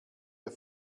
der